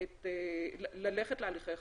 את השב"כ לסייע בהתמודדות עם התפרצות נגיף